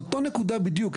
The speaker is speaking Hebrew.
זו אותה נקודה בדיוק.